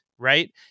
Right